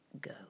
go